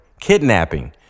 Kidnapping